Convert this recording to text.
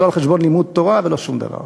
לא על חשבון לימוד תורה ולא שום דבר אחר.